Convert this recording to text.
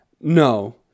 No